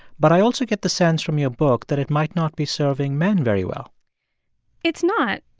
but i also get the sense from your book that it might not be serving men very well it's not.